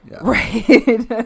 Right